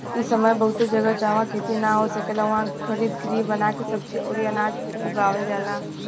इ समय बहुते जगह, जाहवा खेती ना हो सकेला उहा हरितगृह बना के सब्जी अउरी अनाज उगावल जाला